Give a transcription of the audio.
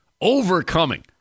Overcoming